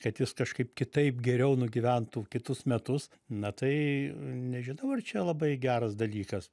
kad jis kažkaip kitaip geriau nugyventų kitus metus na tai nežinau ar čia labai geras dalykas